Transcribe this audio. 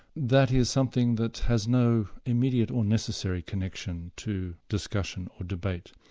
that is something that has no immediate or necessary connection to discussion or debate.